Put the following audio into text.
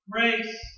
Grace